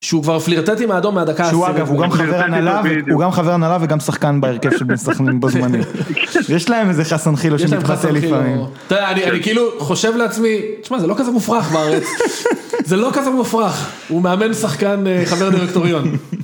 שהוא כבר פלירטט עם האדום מהדקה 20, הוא גם חבר הנהלה וגם שחקן בהרכב של בני סכנין בו זמנית, יש להם איזה חסן חילו שמתחסל לפעמים. אתה יודע אני כאילו חושב לעצמי, תשמע זה לא כזה מופרך בארץ, זה לא כזה מופרך, הוא מאמן שחקן חבר דירקטוריון.